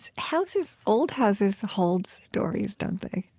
houses old houses hold stories, don't they?